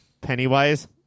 Pennywise